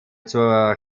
zur